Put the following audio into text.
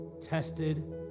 tested